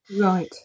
Right